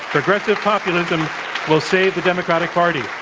progressive populism will save the democratic party.